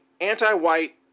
anti-white